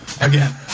again